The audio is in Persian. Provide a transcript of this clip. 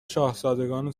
شاهزادگان